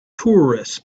tourists